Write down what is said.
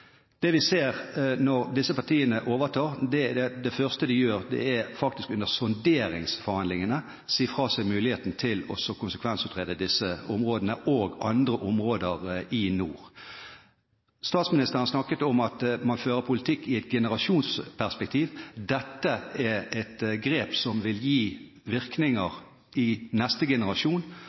Det vi ser når disse partiene overtar, er at det første de gjør – faktisk under sonderingsforhandlingene – er å si fra seg muligheten til å konsekvensutrede disse områdene og andre områder i nord. Statsministeren snakket om at man fører politikk i et generasjonsperspektiv. Dette er et grep som vil gi virkninger i neste generasjon.